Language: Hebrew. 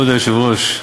כבוד היושב-ראש,